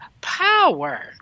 power